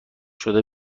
شده